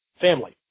family